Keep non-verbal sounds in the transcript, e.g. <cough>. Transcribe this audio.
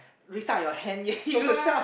raise up your hand <laughs> then you shout